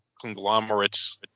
conglomerates